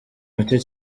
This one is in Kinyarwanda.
muke